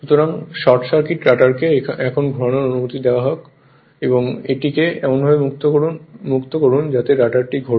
সুতরাং short circuit রটারকে এখন ঘোরানোর অনুমতি দেওয়া যাক এখন এটিকে এমনভাবে মুক্ত করুন যাতে রটারটি ঘোরে